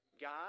God